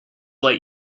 let